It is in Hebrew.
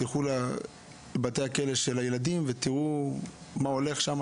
תלכו לבתי הכלא של הילדים ותראו מה הולך שם,